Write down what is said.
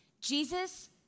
Jesus